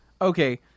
okay